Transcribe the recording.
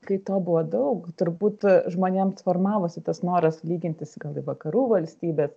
kai to buvo daug turbūt žmonėms formavosi tas noras lygintis gal į vakarų valstybes